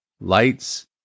lights